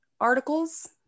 articles